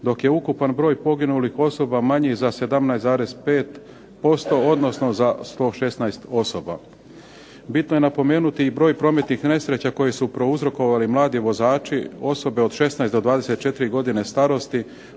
dok je ukupan broj poginulih osoba manji za 17,5% odnosno 116 osoba. Bitno je napomenuti i broj prometnih nesreća koje su prouzrokovali mladi vozači, osobe od 16 do 24 godine starosti.